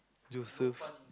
Joseph